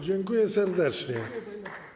Dziękuję serdecznie.